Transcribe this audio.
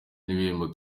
n’ibihembo